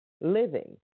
living